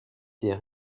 des